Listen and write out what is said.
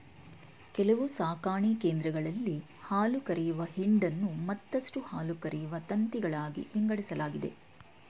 ಕೆಲವು ಸಾಕಣೆ ಕೇಂದ್ರಗಳಲ್ಲಿ ಹಾಲುಕರೆಯುವ ಹಿಂಡನ್ನು ಮತ್ತಷ್ಟು ಹಾಲುಕರೆಯುವ ತಂತಿಗಳಾಗಿ ವಿಂಗಡಿಸಲಾಗಿದೆ